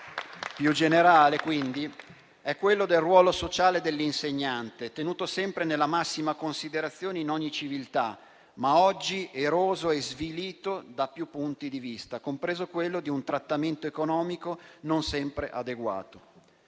più generale quindi è quello del ruolo sociale dell'insegnante, tenuto sempre nella massima considerazione in ogni civiltà, ma oggi eroso e svilito da più punti di vista, compreso quello di un trattamento economico non sempre adeguato.